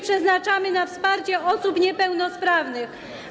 przeznaczamy na wsparcie osób niepełnosprawnych.